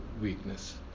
weakness